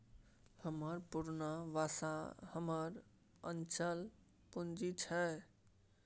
हमर पुरना बासा हमर अचल पूंजी छै